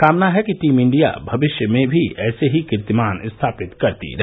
कामना है कि टीम इंडिया भविष्य में भी ऐसे ही कीर्तिमान स्थापित करती रहे